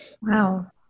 Wow